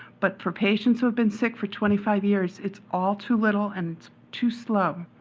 but for patients who have been sick for twenty five years, it's all too little and too slow.